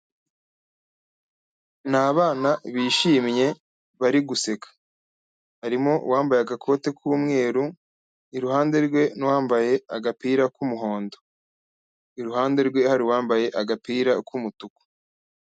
Ni abana bishimye, bari guseka. Harimo uwambaye agakote k'umweru, iruhande rwe n'uwambaye agapira k'umuhondo. Iruhande rwe, hari uwambaye agapira k'umutuku.